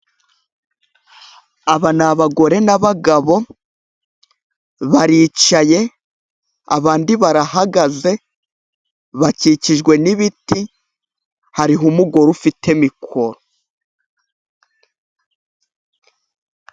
Aba ni abagore n'abagabo, baricaye ,abandi barahagaze, bakikijwe n'ibiti, hariho umugore ufite mikoro.